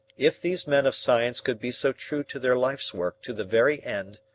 if these men of science could be so true to their life's work to the very end,